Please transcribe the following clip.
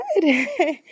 good